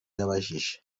yabajije